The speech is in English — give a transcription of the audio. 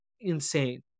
insane